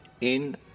In